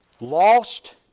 lost